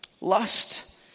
Lust